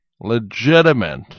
legitimate